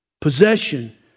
Possession